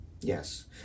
Yes